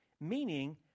meaning